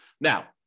Now